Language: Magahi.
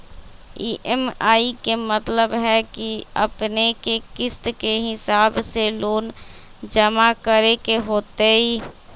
ई.एम.आई के मतलब है कि अपने के किस्त के हिसाब से लोन जमा करे के होतेई?